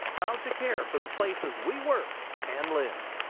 proud to care for the places we work and live.